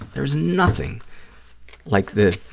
there is nothing like the,